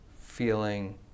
feeling